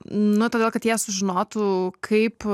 na todėl kad jie sužinotų kaip